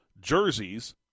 jerseys